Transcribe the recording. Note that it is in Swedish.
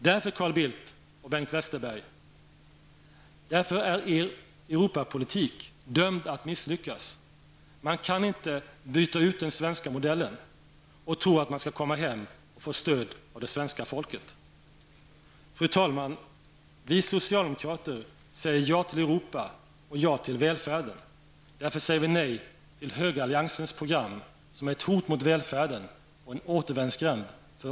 Därför, Carl Bildt och Bengt Westerberg, är er Europapolitik dömd att misslyckas. Man kan inte byta ut den svenska modellen och tro att man kan få stöd av det svenska folket. Fru talman! Vi socialdemokrater säger ja till Europa och ja till välfärden. Därför säger vi nej till högeralliansens program, som är ett hot mot välfärden och en återvändsgränd för